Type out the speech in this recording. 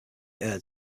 aired